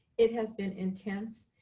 it has been intense,